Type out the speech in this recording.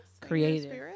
Creative